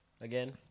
again